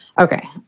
okay